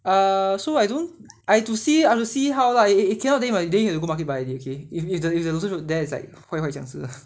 err so I don't I have to I have to see how lah it it cannot be monday go market buy already okay if~ if~ there got there got also there is like 坏坏这样子